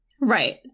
right